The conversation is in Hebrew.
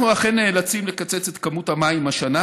אנחנו אכן נאלצים לקצץ את כמות המים השנה,